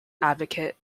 advocate